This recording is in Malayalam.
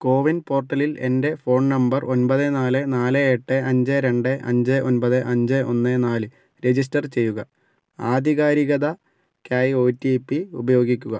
കോ വിൻ പോർട്ടലിൽ എൻ്റെ ഫോൺ നമ്പർ ഒൻപത് നാല് നാല് എട്ട് അഞ്ച് രണ്ട് അഞ്ച് ഒൻപത് അഞ്ച് ഒന്ന് നാല് രജിസ്റ്റർ ചെയ്യുക ആധികാരികതയ്ക്കായി ഒടിപി ഉപയോഗിക്കുക